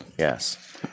Yes